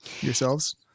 yourselves